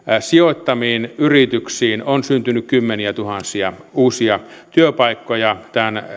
sijoittamiin yrityksiin on syntynyt kymmeniätuhansia uusia työpaikkoja